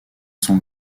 sont